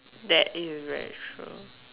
that is very true